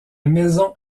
maison